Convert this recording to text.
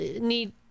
need –